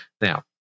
now